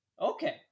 Okay